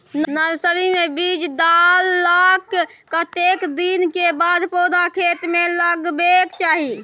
Nursery मे बीज डाललाक कतेक दिन के बाद पौधा खेत मे लगाबैक चाही?